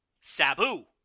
Sabu